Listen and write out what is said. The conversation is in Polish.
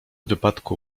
wypadku